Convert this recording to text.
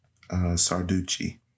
Sarducci